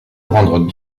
rendre